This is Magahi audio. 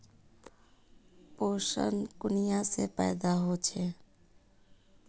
पोषण कुनियाँ से पैदा होचे?